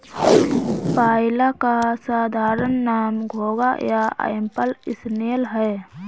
पाइला का साधारण नाम घोंघा या एप्पल स्नेल है